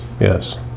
yes